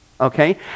Okay